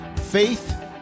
Faith